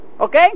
Okay